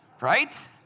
Right